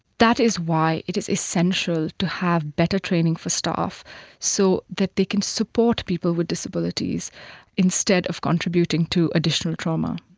that is why it is essential to have better training for staff so that they can support people with disabilities instead of contributing to additional trauma.